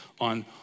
on